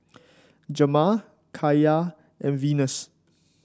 Jamar Kaiya and Venus